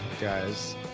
guys